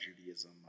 Judaism